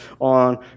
on